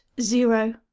zero